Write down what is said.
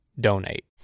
donate